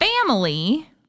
family